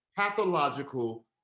pathological